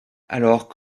alors